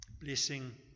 Blessing